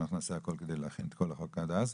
אנחנו נעשה את הכול כדי להכין את כל החוק עד אז,